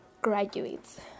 graduates